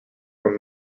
were